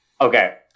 Okay